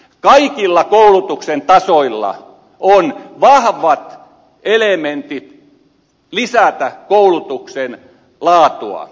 kaikilla koulutuksen tasoilla on vahvat elementit lisätä koulutuksen laatua